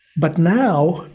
but now,